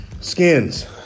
Skins